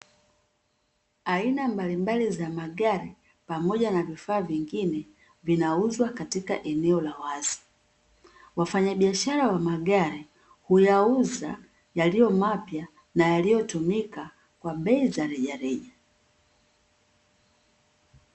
Aina mbalimbali za magari pamoja na vifaa vingine, vinauzwa katika eneo la wazi, wafanyabiashara wa magari huyauza yaliyo mapya na yaliyotumika kwa bei za rejareja.